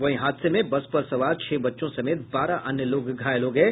वहीं हादसे में बस पर सवार छह बच्चों समेत बारह अन्य लोग घायल हो गये